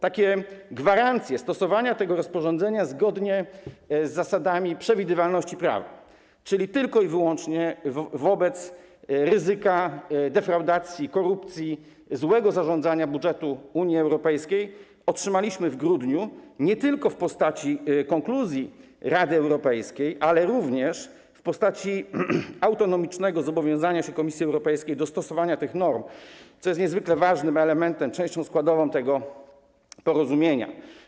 Takie gwarancje stosowania tego rozporządzenia zgodnie z zasadami przewidywalności prawa, czyli tylko i wyłącznie wobec ryzyka defraudacji, korupcji, złego zarządzania budżetem Unii Europejskiej, otrzymaliśmy w grudniu - nie tylko w postaci konkluzji Rady Europejskiej, ale również w postaci autonomicznego zobowiązania się Komisji Europejskiej do stosowania tych norm, co jest niezwykle ważnym elementem, częścią składową tego porozumienia.